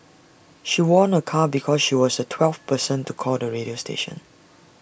she won A car because she was the twelfth person to call the radio station